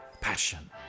passion